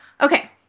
Okay